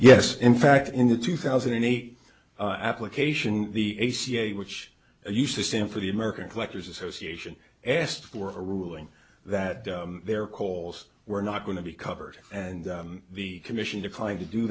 yes in fact in the two thousand and eight application the a c l u which used to stand for the american collectors association asked for a ruling that their coals were not going to be covered and the commission declined to do